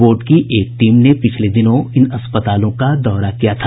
board की एक team ने पिछले दिनों इन अस्पतालों का दौरा किया था